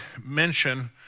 mention